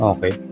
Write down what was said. Okay